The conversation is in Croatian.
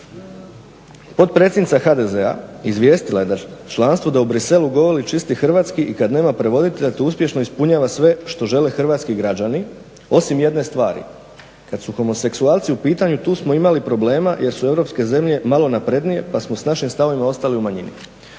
"Potpredsjednica HDZ-a izvijestila je da članstvo u Bruxellesu čisti hrvatski i kada nema prevoditelja to uspješno ispunjava sve što žele hrvatski građani osim jedne stvari, kada su homoseksualci u pitanju tu smo imali problema jer su europske zemlje malo naprednije pa smo s našim stavovima ostali u manjini".